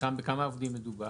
בכמה עובדים מדובר?